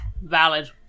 Valid